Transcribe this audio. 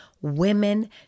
women